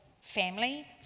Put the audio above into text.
family